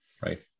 Right